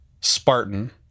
Spartan